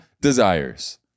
desires